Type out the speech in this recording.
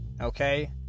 okay